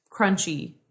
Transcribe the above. crunchy